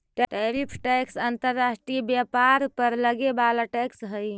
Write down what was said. tariff tax अंतर्राष्ट्रीय व्यापार पर लगे वाला टैक्स हई